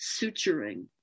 Suturing